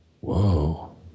Whoa